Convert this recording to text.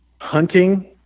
hunting